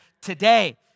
today